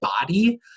body